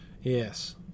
Yes